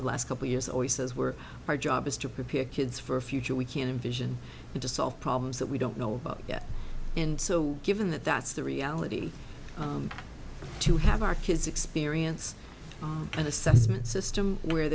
the last couple years always says we're our job is to prepare kids for a future we can envision to solve problems that we don't know about yet and so given that that's the reality to have our kids experience an assessment system where